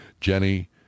Jenny